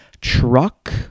truck